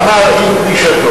אמר עם פרישתו,